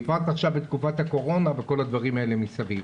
בפרט עכשיו בתקופת הקורונה וכל הדברים האלה מסביב.